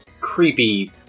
creepy